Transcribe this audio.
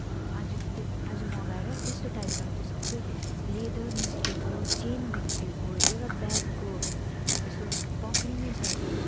आज त आज मगाएर त्यस्तो टाइपको आएको थियो सबै लेदर निस्किएको चेन भित्किएको एउटा ब्यागको यसो पक्रिने छैन